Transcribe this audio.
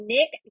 Nick